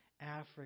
Africa